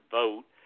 vote